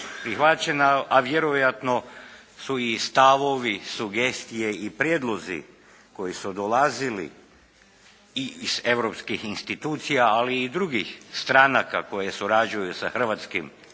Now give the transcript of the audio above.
prihvaćena. A vjerojatno su i stavovi, sugestije i prijedlozi koji su dolazili i iz europskih institucija ali i drugih stranaka koje surađuju sa hrvatskim političkim